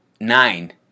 nine